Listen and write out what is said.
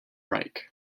reich